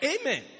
Amen